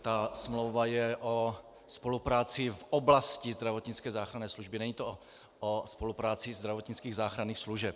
Ta smlouva je o spolupráci v oblasti zdravotnické záchranné služby, není to o spolupráci zdravotnických záchranných služeb.